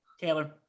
Taylor